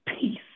peace